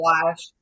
flash